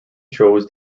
chose